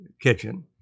kitchen